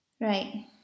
right